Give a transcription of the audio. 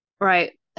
Right